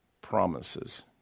promises